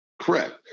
Correct